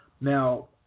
Now